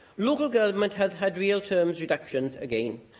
local government has had real-terms reductions again.